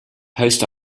post